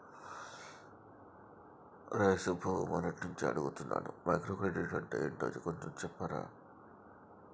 రేయ్ సుబ్బు, మొన్నట్నుంచి అడుగుతున్నాను మైక్రో క్రెడిట్ అంటే యెంటో కొంచెం చెప్పురా